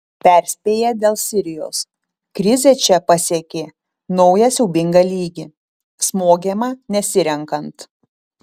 perspėja dėl sirijos krizė čia pasiekė naują siaubingą lygį smogiama nesirenkant